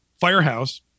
firehouse